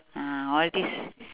ah all these